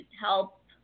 help